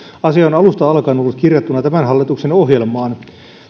asia on alusta alkaen ollut kirjattuna tämän hallituksen ohjelmaan